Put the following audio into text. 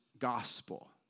gospel